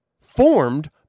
formed